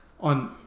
on